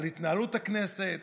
על התנהלות הכנסת,